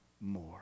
more